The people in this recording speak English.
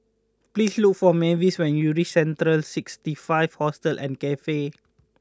please look for Mavis when you reach Central sixty five Hostel and Cafe